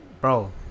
Bro